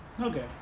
Okay